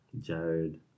Jared